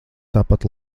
tāpat